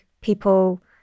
people